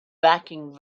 backing